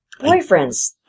Boyfriends